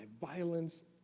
violence